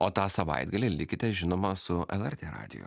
o tą savaitgalį likite žinoma su lrt radiju